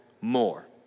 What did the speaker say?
more